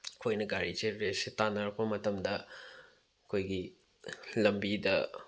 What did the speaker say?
ꯑꯩꯈꯣꯏꯅ ꯒꯥꯔꯤꯁꯦ ꯔꯦꯁꯁꯦ ꯇꯥꯟꯅꯔꯛꯄ ꯃꯇꯝꯗ ꯑꯩꯈꯣꯏꯒꯤ ꯂꯝꯕꯤꯗ